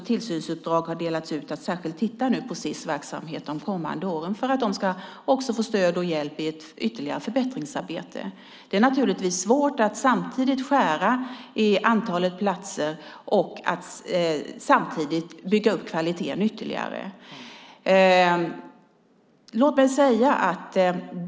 Tillsynsuppdrag har delats ut för att titta på Sis verksamhet de kommande åren för att de ska få stöd och hjälp i ett ytterligare förbättringsarbete. Det är naturligtvis svårt att skära i antalet platser samtidigt som man bygger upp kvaliteten ytterligare.